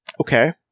okay